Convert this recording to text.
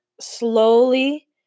slowly